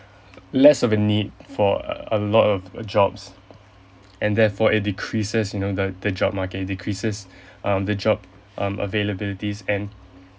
less of a need for a a lot of jobs and therefore it decreases you know like the job market it decreases um the job um availabilities and